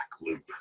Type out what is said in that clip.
loop